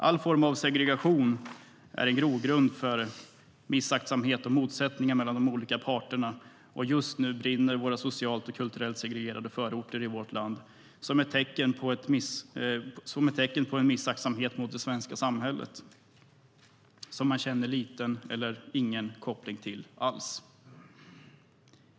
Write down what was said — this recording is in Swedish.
All form av segregation är en grogrund för missaktsamhet och motsättningar mellan de olika parterna, och just nu brinner våra socialt och kulturellt segregerade förorter i vårt land som ett tecken på en missaktsamhet mot det svenska samhället, som man känner liten eller ingen koppling till alls.